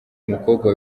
mukobwa